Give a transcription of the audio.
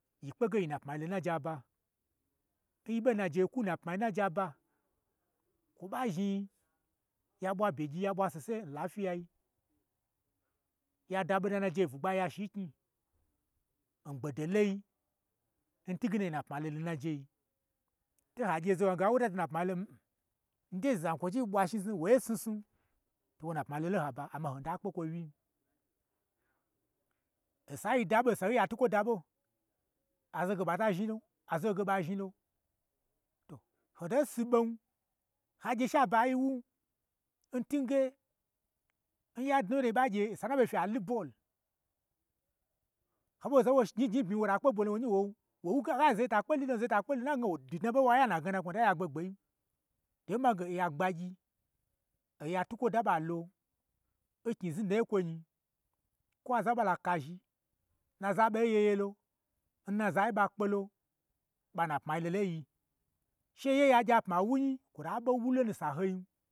Yi kpege yi n napmai lo nnaje aba nyiɓo n naje kwu n na apmai n naje aba, kwo ɓa zhni ya ɓwa begye ya ɓwa sese n lafyiyai, ya da ɓoda n naje n bwugba ya shin knyi, ngbodo loi, ntunge nayi nnapmai lolo n najei, to ha gye za nan he owo da to nna pmai lomm, ndei n zan kwo chi ɓwa chi snuwoi snusnu, to wo n na pmai lo lo n ha ba amma oho nutakpe kwo wyi-i, osa nyi daɓo n sahoi nya twukwo daɓo, azaho ge ɓa ta zhni lon azaho ge ɓa zhni la to hoto si ɓon, ha gye sha bayi wun wun, ntunge, n ya dnawye yi ɓa gye n sa n na ɓe fyi a lu ball, ho ɓa gyeza n wo gnyi n bmyii wo ta genyi lo, wonu gnyi gnyi wo wuge ai zaye ta kpelu, zaye ta kpe lu, n na gna wo di dnaɓo n haiye waya n na gna na knwui, hota gye agbe gbeyin, to n man ge, oya gbagyi, oya twukwo da n ɓa lon knyi znu dnaye n kwo nyi, kwo aza n ɓala kazhi, n nazai n ɓa yeyelo, n nazai n ɓa kpelo, ɓa n nna pmai lo lo n yi, she yi ye ya gya pman n wonyi, ko ta ɓe n wulonu n sahoin